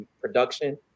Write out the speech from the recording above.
production